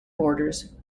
borders